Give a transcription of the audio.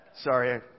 sorry